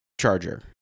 charger